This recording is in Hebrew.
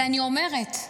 ואני אומרת,